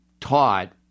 taught